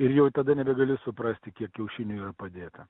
ir jau tada nebegali suprasti kiek kiaušinių yra padėta